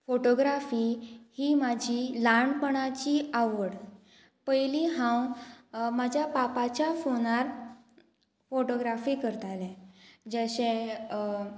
photography ही म्हाजी ल्हाणपणाची आवड पयलीं हांव म्हाज्या पापाच्या फोनार फोटोग्राफी करतालें जशें